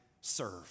serve